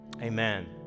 Amen